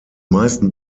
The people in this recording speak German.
meisten